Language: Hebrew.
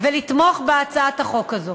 להסתייגויות ולתמוך בהצעת החוק הזאת.